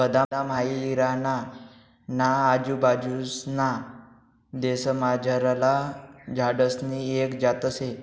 बदाम हाई इराणा ना आजूबाजूंसना देशमझारला झाडसनी एक जात शे